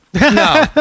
No